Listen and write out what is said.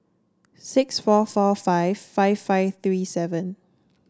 six four four five five five three seven